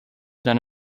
than